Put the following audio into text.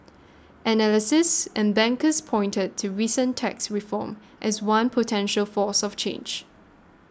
analysts and bankers pointed to recent tax reform as one potential force of change